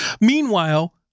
Meanwhile